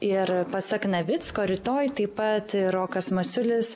ir pasak navicko rytoj taip pat rokas masiulis